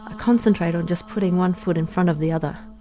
ah concentrate on just putting one foot in front of the other.